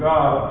God